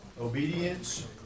Obedience